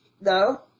No